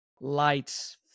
lights